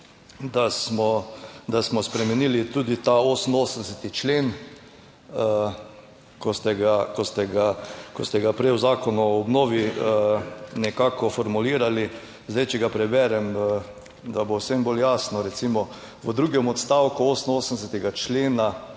da smo spremenili tudi ta 88. člen, ko ste ga, ko ste ga, ko ste ga prej v Zakonu o obnovi nekako formulirali. Zdaj, če ga preberem, da bo vsem bolj jasno. Recimo v drugem odstavku 88. člena